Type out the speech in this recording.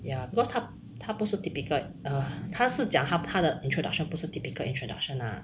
ya because 他他不是 typical err 他是讲他他的 introduction 不是 typical introduction ah